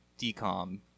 decom